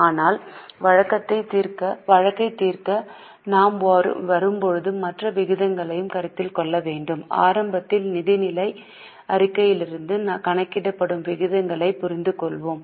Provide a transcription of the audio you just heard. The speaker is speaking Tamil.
ஆனால் வழக்கைத் தீர்க்க நாம்வரும்போது மற்ற விகிதங்களையும் கருத்தில் கொள்வோம் ஆரம்பத்தில் நிதிநிலை அறிக்கைகளிலிருந்து கணக்கிடப்படும் விகிதங்களைப் புரிந்துகொள்வோம்